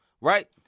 right